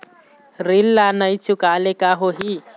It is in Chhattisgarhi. ऋण ला नई चुकाए ले का होही?